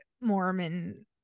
Mormon